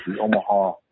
Omaha